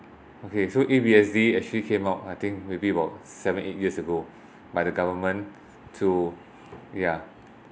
okay so A_B_S_D actually came out I think maybe about seven eight years ago by the government to ya